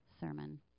sermon